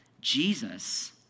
jesus